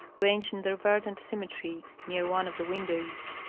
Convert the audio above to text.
ranged in their verdant symmetry near one of the windows.